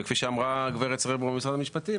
וכפי שאמרה הגברת סרברו ממשרד המשפטים,